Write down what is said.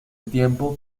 tiempo